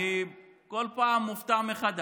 אני מופתע כל פעם מחדש